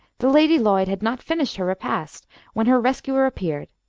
the lady lloyd had not finished her repast when her rescuer appeared,